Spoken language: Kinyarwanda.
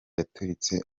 yaturitse